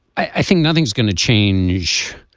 i think nothing's going to change.